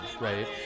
Right